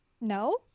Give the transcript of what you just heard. no